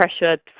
pressure